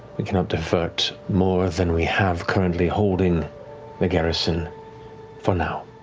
we cannot divert more than we have currently holding the garrison for now.